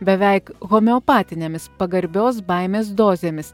beveik homeopatinėmis pagarbios baimės dozėmis